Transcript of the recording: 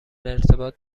ارتباط